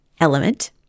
element